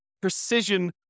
precision